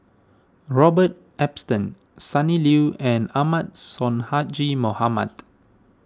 Robert Ibbetson Sonny Liew and Ahmad Sonhadji Mohamad